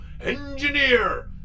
Engineer